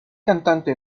cantante